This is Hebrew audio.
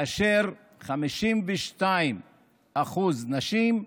52% נשים,